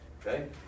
Okay